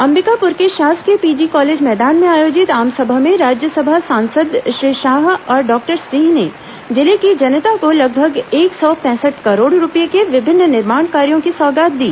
अंबिकापुर के शासकीय PG college मैदान में आयोजित आसमभा में राज्यसभा सांसद श्री शाह और डॉक्टर सिंह ने जिले की जनता को लगभग एक सौ पैंसठ करोड़ रूपये के विभिन्न निर्माण कायों की सौगात दी